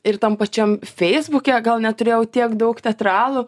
ir tam pačiam feisbuke gal neturėjau tiek daug teatralų